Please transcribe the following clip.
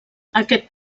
aquest